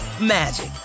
magic